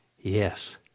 Yes